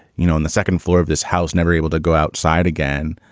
you know, in the second floor of this house, never able to go outside again.